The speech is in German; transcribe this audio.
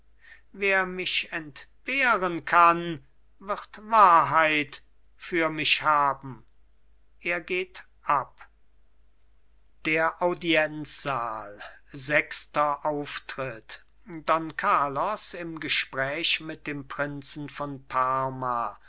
wer mich entbehren kann wird wahrheit für mich haben er geht ab der audienzsaal sechster auftritt don carlos im gespräch mit dem prinzen von parma